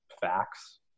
facts